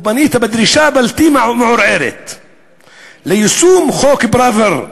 או פנית בדרישה בלתי מעורערת ליישום חוק פראוור,